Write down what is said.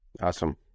awesome